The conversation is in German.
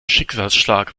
schicksalsschlag